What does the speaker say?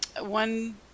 one